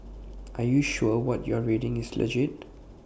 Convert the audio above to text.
are you sure what you're reading is legit